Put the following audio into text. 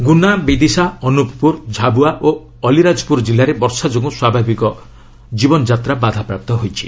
ଗୁନା ବିଦିଶା ଅନୁପପୁର ଝାବୁଆ ଓ ଅଲିରାଜପୁର କିଲ୍ଲାରେ ବର୍ଷା ଯୋଗୁଁ ସ୍ୱାଭାବିକ ଜୀବନଯାତ୍ରା ବାଧାପ୍ରାପ୍ତ ହୋଇଛି